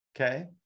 okay